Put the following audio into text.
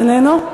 איננו.